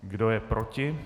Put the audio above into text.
Kdo je proti?